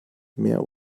mehr